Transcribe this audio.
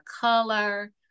color